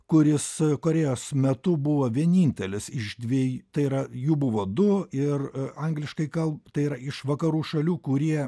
kuris korėjos metu buvo vienintelis iš dviej tai yra jų buvo du ir angliškai gal tai yra iš vakarų šalių kurie